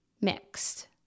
mixed